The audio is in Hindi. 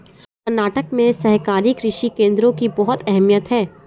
कर्नाटक में सहकारी कृषि केंद्रों की बहुत अहमियत है